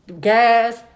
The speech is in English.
gas